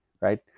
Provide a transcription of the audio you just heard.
right